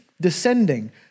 descending